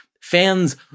Fans